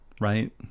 Right